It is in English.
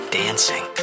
dancing